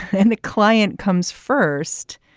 and the client comes first,